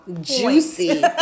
juicy